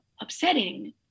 upsetting